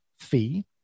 fee